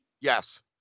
Yes